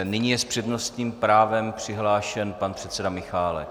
Nyní je s přednostním právem přihlášen pan předseda Michálek.